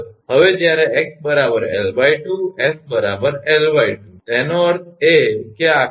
હવે જ્યારે 𝑥 𝐿2 𝑠 𝑙2 તેનો અર્થ એ કે આ આકૃતિ